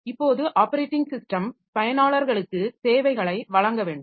இப்போது operating system பயனாளர்களுக்கு சேவைகளை வழங்க வேண்டும்